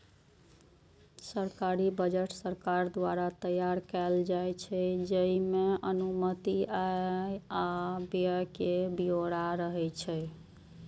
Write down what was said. सरकारी बजट सरकार द्वारा तैयार कैल जाइ छै, जइमे अनुमानित आय आ व्यय के ब्यौरा रहै छै